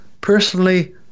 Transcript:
personally